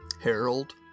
Harold